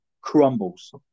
crumbles